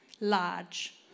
Large